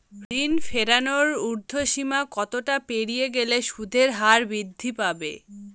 ঋণ ফেরানোর উর্ধ্বসীমা কতটা পেরিয়ে গেলে সুদের হার বৃদ্ধি পাবে?